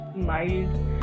smiled